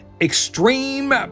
extreme